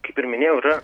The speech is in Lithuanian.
kaip ir minėjau yra